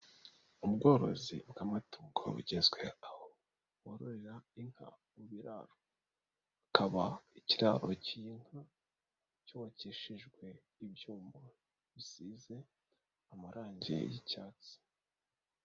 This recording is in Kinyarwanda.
Ubworozi bw'amatungo bugezwe aho wororera inka mu biraro. Hakaba ikiraro k'inka cyubakishijwe ibyuma bisize amarangi y'icyatsi.